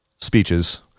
speeches